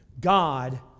God